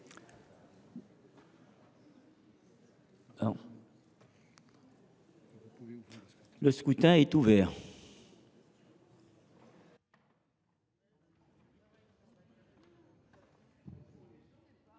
Le scrutin est ouvert.